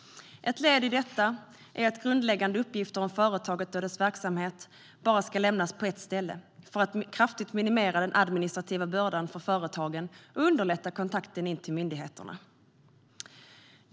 Ett led i detta är att grundläggande uppgifter om företaget och dess verksamhet bara ska lämnas på ett ställe för att kraftigt minimera den administrativa bördan för företagen och underlätta kontakten med myndigheterna.